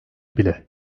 bile